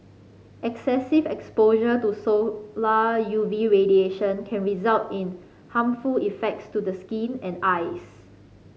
excessive exposure to solar U V radiation can result in harmful effects to the skin and eyes